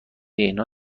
اینها